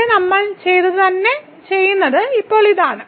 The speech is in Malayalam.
അവിടെ നമ്മൾ ചെയ്തതുതന്നെ ചെയ്യുന്നത് ഇപ്പോൾ ഇതാണ്